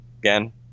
Again